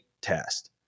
test